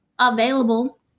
available